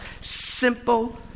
simple